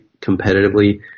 competitively